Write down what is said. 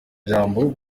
ijambo